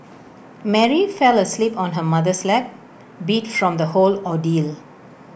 Mary fell asleep on her mother's lap beat from the whole ordeal